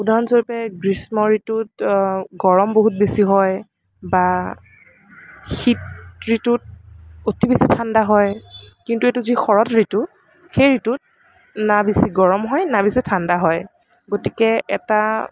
উদাহৰণস্বৰুপে গ্ৰীষ্ম ঋতুত গৰম বহুত বেছি হয় বা শীত ঋতুত অতি বেছি ঠাণ্ডা হয় কিন্তু এইটো যি শৰৎ ঋতু সেই ঋতুত না বেছি গৰম হয় না বেছি ঠাণ্ডা হয় গতিকে এটা